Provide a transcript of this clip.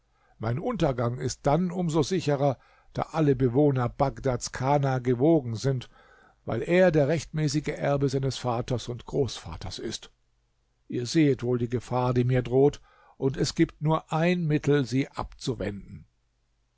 mein untergang ist dann um so sicherer da alle bewohner bagdads kana gewogen sind weil er der rechtmäßige erbe seines vaters und großvaters ist ihr sehet wohl die gefahr die mir droht und es gibt nur ein mittel sie abzuwenden